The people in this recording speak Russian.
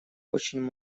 очень